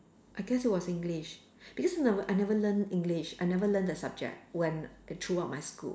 I guess it was English because never I never learn English I never learn the subject when throughout my school